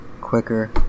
quicker